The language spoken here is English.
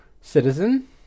citizen